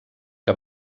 que